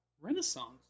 Renaissance